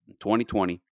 2020